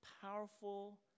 powerful